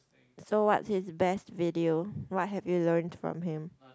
so what's his best video what have you learnt from him